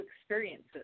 experiences